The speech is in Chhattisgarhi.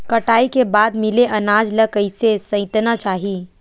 कटाई के बाद मिले अनाज ला कइसे संइतना चाही?